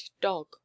dog